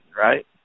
right